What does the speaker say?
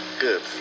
Good